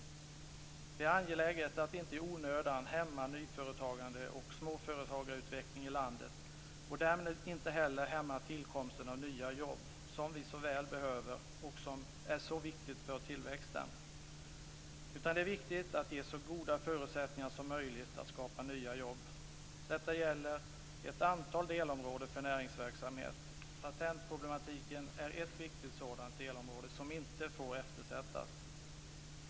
Det är angeläget att inte i onödan hämma nyföretagande och småföretagarutveckling i landet, och därmed inte heller hämma tillkomsten av de nya jobb som vi så väl behöver och som är så viktiga för tillväxten. I stället är det viktigt att ge så goda förutsättningar som möjligt att skapa nya jobb. Detta gäller ett antal delområden för näringsverksamhet. Patentproblematiken är ett viktigt sådant delområde som inte får eftersättas.